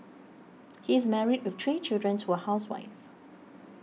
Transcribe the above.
he is married with three children to a housewife